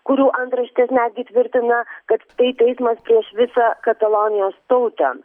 kurių antraštės netgi tvirtina kad tai teismas prieš visą katalonijos tautą